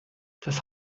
das